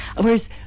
whereas